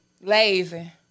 Lazy